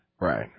Right